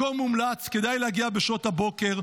מקום מומלץ, כדאי להגיע בשעות הבוקר.